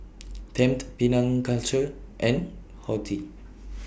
Tempt Penang Culture and Horti